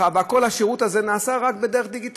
על הבית שחרב ועל אישה שנשארה כלואה בלי שום יכולת להשאיר את חייה